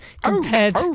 compared